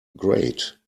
great